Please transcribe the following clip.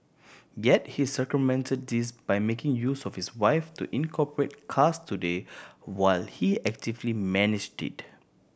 yet he circumvented this by making use of his wife to incorporate Cars Today while he actively managed it